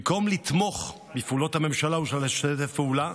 במקום לתמוך בפעולות הממשלה ולשתף פעולה,